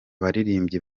baririmbyi